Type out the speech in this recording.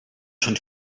schon